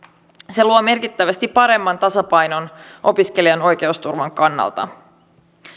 se luo merkittävästi paremman tasapainon opiskelijan oikeusturvan kannalta